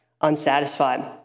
unsatisfied